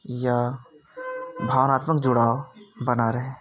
या भावनात्मक जुड़ाव बना रहे